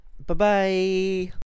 Bye-bye